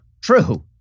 true